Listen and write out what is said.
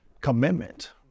commitment